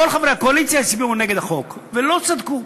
כל חברי הקואליציה הצביע נגד החוק ולא צדקו.